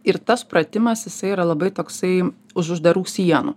ir tas pratimas jisai yra labai toksai už uždarų sienų